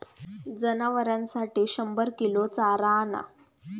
जनावरांसाठी शंभर किलो चारा आणा